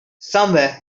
somewhere